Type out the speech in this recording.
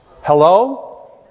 Hello